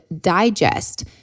digest